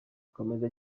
akomeza